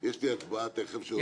יש לי הצבעה תכף.